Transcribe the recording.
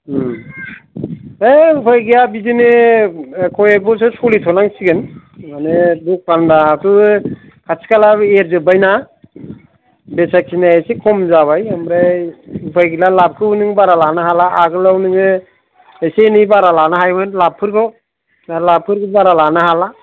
ओइ उफाय गैया बिदिनो कय एक बोसोर सोलिथनांसिगोन मानि दखानाथ' खाथि खाला एरजोब्बायना फैसा खिनिया एसे खम जाबाय आमफ्राय उपाय गैला लाभखौबो नों बारा लानो हाला आगोलाव नोङो एसे एनै बारा लानो हायमोन लाभफोरखौ दा लाभफोरखौ बारा लानो हाला